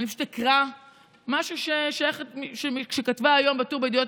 אני פשוט אקרא משהו שכתבה היום בטור בידיעות